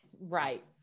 Right